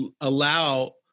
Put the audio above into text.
Allow